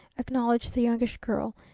acknowledged the youngish girl,